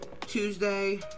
Tuesday